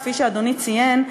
כפי שאדוני ציין,